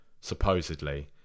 supposedly